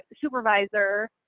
supervisor